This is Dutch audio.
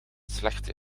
slechte